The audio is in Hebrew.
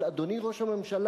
אבל, אדוני ראש הממשלה,